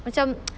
macam